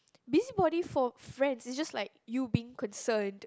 busybody for friends is just like you being concerned